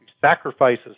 sacrifices